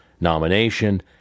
nomination